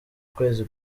kwezi